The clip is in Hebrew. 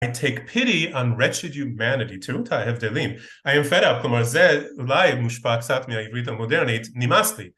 I take pity on wretched humanity, תראו את ההבדלים. I am fed up, כלומר זה אולי מושפע קצת מהעברית המודרנית, נמאס לי.